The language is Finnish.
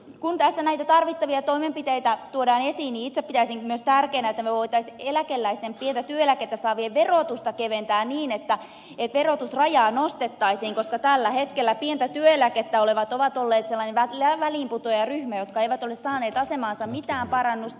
kun tässä näitä tarvittavia toimenpiteitä tuodaan esiin niin itse pitäisin myös tärkeänä että me voisimme eläkeläisten pientä työeläkettä saavien verotusta keventää niin että verotusrajaa nostettaisiin koska tällä hetkellä pientä työeläkettä saavat ovat olleet sellainen väliinputoajaryhmä joka ei ole saanut asemaansa mitään parannusta